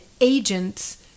agents